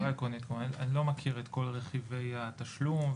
אני לא מכיר את כל רכיבי התשלום,